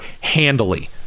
handily